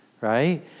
right